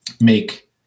make